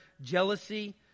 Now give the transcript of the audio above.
jealousy